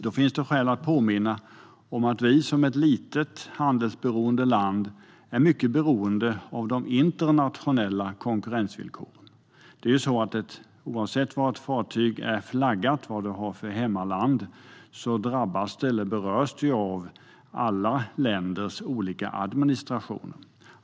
Det finns skäl att påminna om att vi är mycket beroende av de internationella konkurrensvillkoren. Oavsett var ett fartyg är flaggat, vad det har för hemmaland, berörs det av alla länders olika administrationer.